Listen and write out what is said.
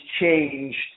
changed